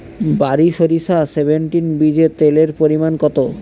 বারি সরিষা সেভেনটিন বীজে তেলের পরিমাণ কত?